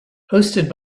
hosted